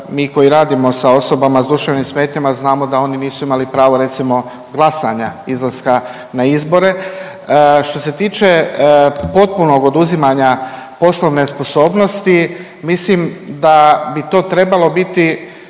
Mi koji radimo sa osobama s duševnim smetnjama znamo da oni nisu imali pravo, recimo, glasanja, izlaska na izbore. Što se tiče potpunog oduzimanja poslovne sposobnosti mislim da bi to trebalo biti